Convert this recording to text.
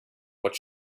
what